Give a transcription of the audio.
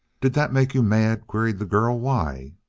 did that make you mad? queried the girl. why?